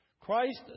Christ